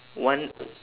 one